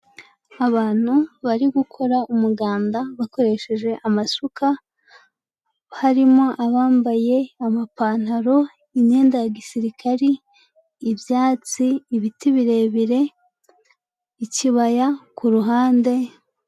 Abantu bari gukora umuganda bakoresheje amasuka. Harimo abambaye amapantaro, imyenda ya gisirikari, ibyatsi, ibiti birebire, ikibaya ku ruhande.